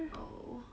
oh